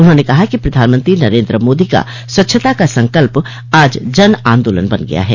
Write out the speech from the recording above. उन्होंने कहा कि प्रधानमंत्री नरेन्द्र मोदी का स्वच्छता का संकल्प आज जन आन्दोलन बन गया है